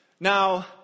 Now